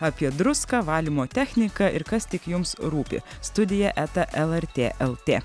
apie druską valymo techniką ir kas tik jums rūpi studija eta lrt lt